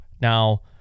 Now